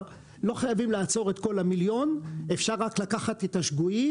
חייבים לעצור את כל המיליון אלא אפשר לקחת רק את השגויים.